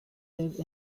live